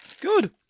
Good